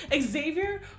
Xavier